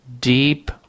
Deep